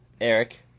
Eric